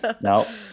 no